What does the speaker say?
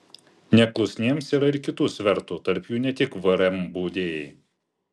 neklusniems yra ir kitų svertų tarp jų ne tik vrm baudėjai